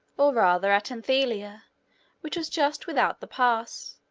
or, rather, at anthela, which was just without the pass,